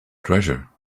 treasure